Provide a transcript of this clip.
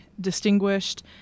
distinguished